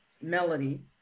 Melody